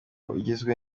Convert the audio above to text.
ugizwe